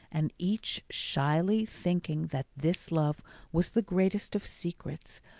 and each shyly thinking that this love was the greatest of secrets,